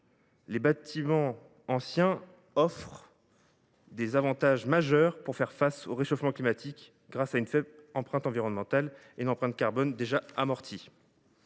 les bâtiments anciens offrent des avantages majeurs pour faire face au réchauffement climatique grâce à une faible empreinte environnementale et à une empreinte carbone déjà amortie.